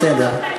בסדר.